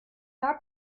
jahr